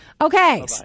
Okay